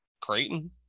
Creighton